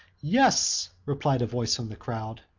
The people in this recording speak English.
yes, replied a voice from the crowd,